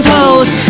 Post